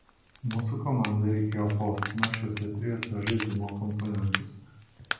mūsų komandai reikėjo postūmio šiuose trijuose žaidimo komponentuose